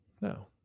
No